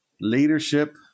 leadership